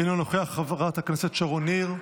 אינו נוכח, חברת הכנסת שרון ניר,